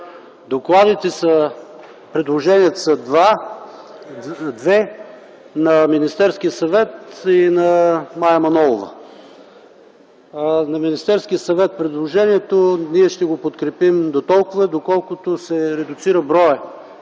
институция. Предложенията са две – на Министерския съвет и на Мая Манолова. На Министерския съвет предложението ние ще го подкрепим дотолкова, доколкото се редуцира броят